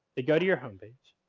they go to your homepage.